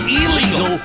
illegal